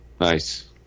Nice